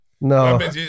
No